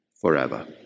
forever